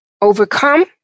overcome